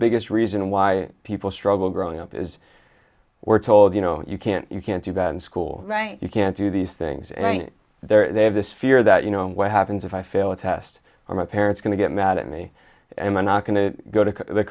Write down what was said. biggest reason why people struggle growing up is were told you know you can't you can't do that in school right you can't do these things and there they have this fear that you know what happens if i fail a test or my parents going to get mad at me i'm not going to go to the